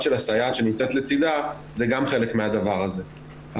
של הסייעת שנמצאת לצדה זה גם חלק מהדבר הזה.